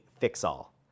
fix-all